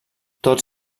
tots